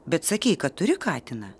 bet sakei kad turi katiną